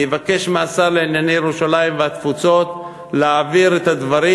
אני אבקש מהשר לענייני ירושלים והתפוצות להעביר את הדברים